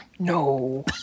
No